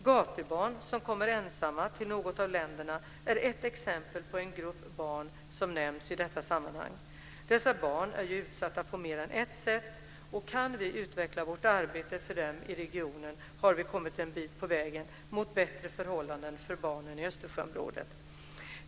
Gatubarn som kommer ensamma till något av länderna är ett exempel på en grupp barn som nämnts i detta sammanhang. Dessa barn är ju utsatta på mer än ett sätt, och kan vi utveckla vårt arbete för dem i regionen har vi kommit en bit på vägen mot bättre förhållanden för barnen i Östersjöområdet.